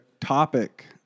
topic